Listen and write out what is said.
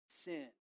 sin